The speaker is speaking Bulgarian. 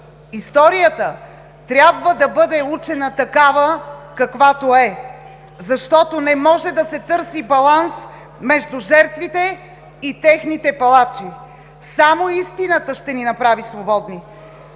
Историята трябва да бъде учена такава, каквато е! Защото не може да се търси баланс между жертвите и техните палачи. Само истината ще ни направи свободни!